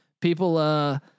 people